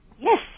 Yes